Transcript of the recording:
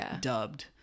dubbed